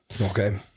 Okay